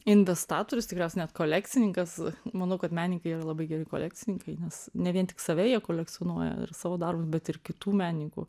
investatoriustikriausia net kolekcininkas manau kad menininkai yra labai geri kolekcininkai nes ne vien tik save jie kolekcionuoja ir savo darbus bet ir kitų menininkų